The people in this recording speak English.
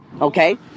Okay